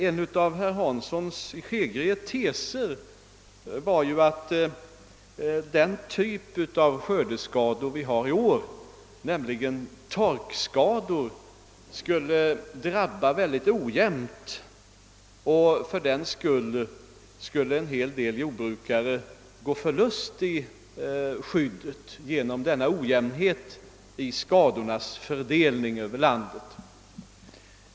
En av herr Hanssons i Skegrie teser var ju att den typ av skördeskador som vi har i år, nämligen torkskador, skulle drabba synnerligen ojämnt, och därför skulle en hel del jordbrukare gå förlustiga skyddet genom denna ojämnhet i skadornas fördelning över landet.